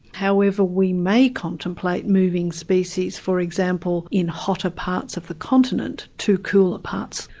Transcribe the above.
however, we may contemplate moving species, for example, in hotter parts of the continent to cooler parts.